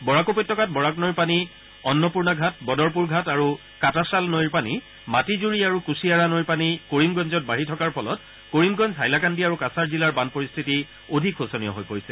বৰাক উপত্যকাত বৰাক নৈৰ পানী অন্নপূৰ্ণাঘাট বদৰপূৰ ঘাট আৰু কাটাশাল নৈৰ পানী মাটিজুৰি তথা কুছিয়াৰা নৈৰ পানী কৰিমগঞ্জত বাঢ়ি থকাৰ ফলত কৰিমগঞ্জ হাইলাকান্দি আৰু কাছাৰ জিলাৰ বান পৰিস্থিতি অধিক শোচনীয় হৈ পৰিছে